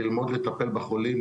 ללמוד לטפל בחולים,